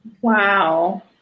Wow